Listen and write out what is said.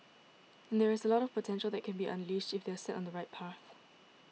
and there is a lot of potential that can be unleashed if they are set on the right path